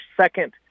second